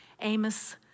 Amos